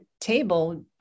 table